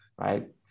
right